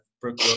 Brooke